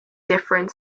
different